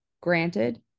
Granted